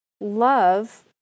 love